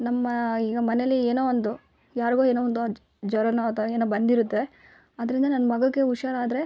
ನಮ್ಮ ಈಗ ಮನೇಲಿ ಏನೋ ಒಂದು ಯಾರಿಗೋ ಏನೋ ಒಂದು ಜ್ವರನೋ ಅಥವ ಏನೋ ಬಂದಿರತ್ತೆ ಅದರಿಂದ ನನ್ನ ಮಗುಗೆ ಹುಷಾರು ಆದರೆ